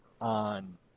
on